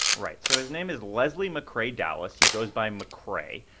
right. so his name is leslie mccrae dowless. he goes by mccrae.